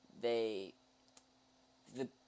they—the